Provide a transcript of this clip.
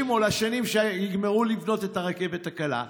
או שנים עד שיגמרו לבנות את הרכבת הקלה,